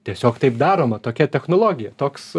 tiesiog taip daroma tokia technologija toks